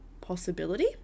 possibility